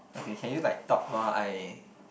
okay can you like talk while I